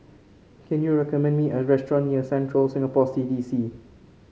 can you recommend me a restaurant near Central Singapore C D C